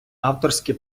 авторське